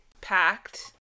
packed